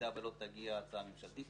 ובמידה ולא תגיע הצעה ממשלתית,